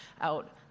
out